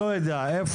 לא יודע איפה,